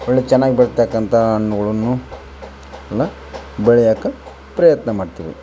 ಒಳ್ಳೇ ಚೆನ್ನಾಗ್ ಬೆಳಿತಕ್ಕಂಥ ಹಣ್ಣುಗಳನ್ನು ನ ಬೆಳೆಯೋಕೆ ಪ್ರಯತ್ನ ಮಾಡ್ತೀವಿ